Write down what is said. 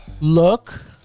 Look